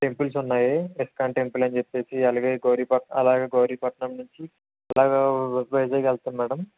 temples ఉన్నాయి ISKCON temple అని చెప్పేసి అలాగే గౌరీపట్నం నుంచి అలాగే వై వైజాగ్కి వెళదాము మేడం